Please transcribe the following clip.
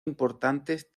importantes